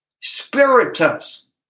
spiritus